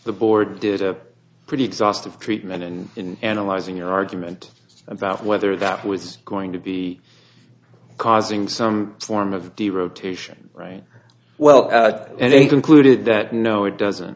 the board did a pretty exhaustive treatment and in analyzing your argument about whether that was going to be causing some form of the rotation right well and they concluded that no it doesn't